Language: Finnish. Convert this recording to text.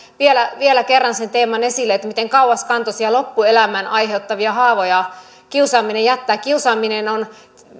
vielä vielä kerran sen teeman esille miten kauaskantoisia loppuelämän aiheuttavia haavoja kiusaaminen jättää kiusaamisesta on